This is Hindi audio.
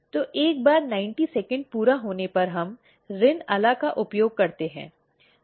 तो एक बार 90 सेकंड पूरा होने पर हम रिन अला का उपयोग करते हैं